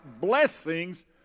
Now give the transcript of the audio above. blessings